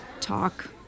talk